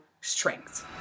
strengths